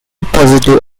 positive